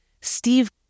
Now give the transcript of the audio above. Steve